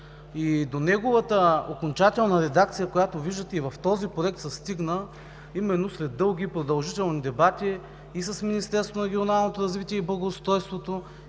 и до неговата окончателна редакция, която виждате и в този проект, се стигна именно след дълги и продължителни дебати – и с Министерство